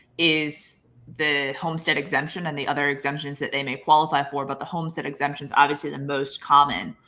is the homestead exemption and the other exemptions that they may qualify for. but the homestead exemptions, obviously the most common.